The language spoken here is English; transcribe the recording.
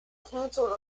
cancelled